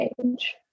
change